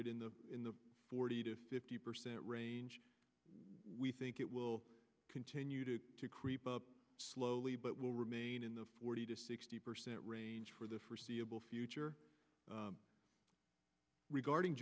it in the in the forty to fifty percent range we think it will continue to creep up slowly but will remain in the forty to sixty percent range for the forseeable future regarding